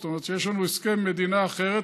זאת אומרת שיש לנו הסכם עם מדינה אחרת,